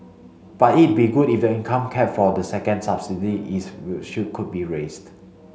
but it'd be good if income cap for the second subsidy is should could be raised